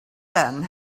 then